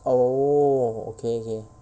oh okay okay